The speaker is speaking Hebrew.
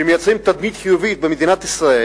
שמייצרים תדמית חיובית למדינת ישראל.